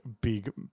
big